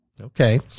Okay